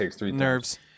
Nerves